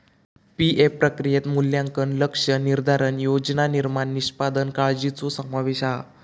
PF प्रक्रियेत मूल्यांकन, लक्ष्य निर्धारण, योजना निर्माण, निष्पादन काळ्जीचो समावेश हा